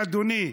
אדוני,